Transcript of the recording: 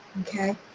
okay